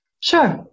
Sure